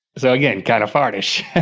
so again, kind of fart-ish.